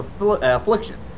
affliction